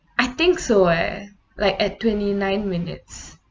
I think so eh like at twenty nine minutes